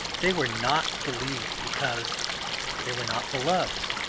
they were not believed because they were not beloved.